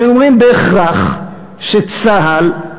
הם אומרים בהכרח שצה"ל,